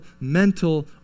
mental